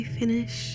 finish